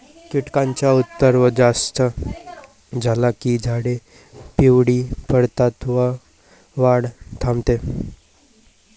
कीटकांचा उपद्रव जास्त झाला की झाडे पिवळी पडतात व वाढ थांबते